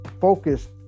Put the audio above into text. focused